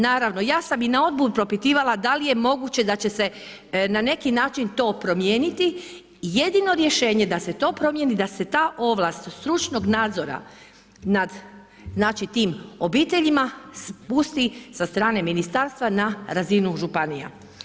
Naravno, ja sam i na odboru propitivala da li je moguće da će se na neki način to promijeniti, jedino rješenje da se to promjeni, da se ta ovlast stručnog nadzora nad tim obiteljima spusti sa strane ministarstva na razinu županija.